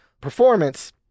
performance